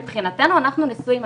מבחינתנו אנחנו נשואים,